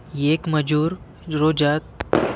येक मजूर या रोजात किती किलोग्रॅम मिरची तोडते?